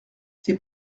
c’est